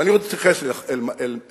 ואני עוד אתייחס אליהן,